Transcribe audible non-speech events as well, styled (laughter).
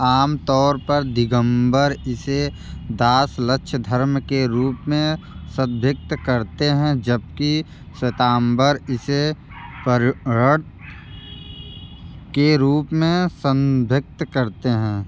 आम तौर पर दिगम्बर इसे दास लक्ष्य धर्म के रूप में संदिग्ध करते हैं जबकी श्वेताम्बर इसे (unintelligible) के रूप में संदिग्ध करते हैं